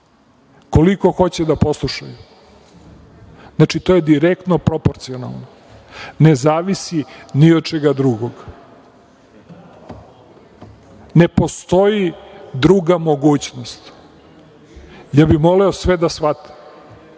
koliko hoće da poslušaju. Znači, to je direktno proporcionalno, ne zavisi ni od čega drugog, ne postoji druga mogućnost. Ja bih voleo sve da shvate,